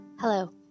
Hello